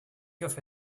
hoffe